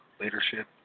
leadership